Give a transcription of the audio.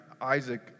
Isaac